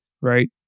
right